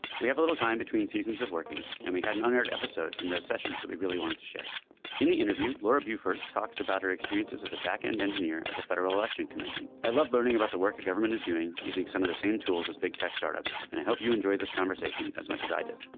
we have a little time between seasons of working and we had an unheard episode from those sessions that we really wanted to share in the interview. laura buford talks about her experiences as a back end engineer at the federal election commission. i love learning about the work the government is doing using some of the same tools as big tech startups. and i hope you enjoyed this conversation as much as i did